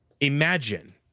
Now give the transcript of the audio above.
Imagine